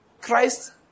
Christ